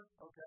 Okay